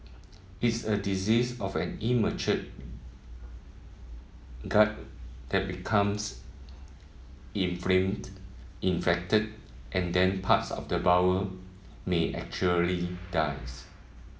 it's a disease of an immature gut that becomes inflamed infected and then parts of the bowel may actually dies